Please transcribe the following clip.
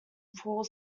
four